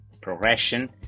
progression